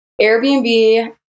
Airbnb